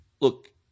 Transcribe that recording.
look